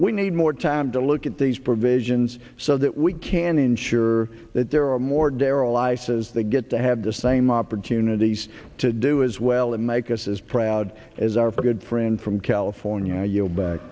we need more time to look at these provisions so that we can ensure that there are more daryl ices that get to have the same opportunity to do as well and my guess is proud as our good friend from california yield back